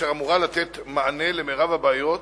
אשר אמורה לתת מענה על מירב הבעיות,